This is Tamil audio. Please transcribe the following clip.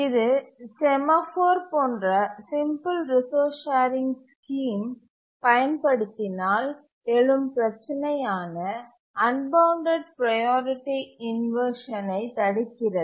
இது செமாஃபோர் போன்ற சிம்பிள் ரிசோர்ஸ் ஷேரிங் ஸ்கீம் பயன்படுத்தினால் எழும் பிரச்சனையான அன்பவுண்டட் ப்ரையாரிட்டி இன்வர்ஷனை தடுக்கிறது